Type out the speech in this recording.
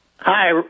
Hi